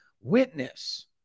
witness